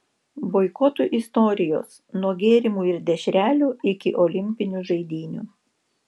boikotų istorijos nuo gėrimų ir dešrelių iki olimpinių žaidynių